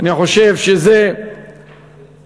אני חושב שזה מחויב.